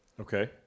Okay